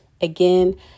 again